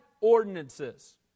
ordinances